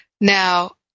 Now